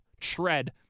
tread